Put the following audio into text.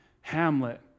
Hamlet